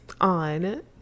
On